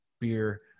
beer